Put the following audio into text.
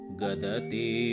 gadati